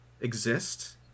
exist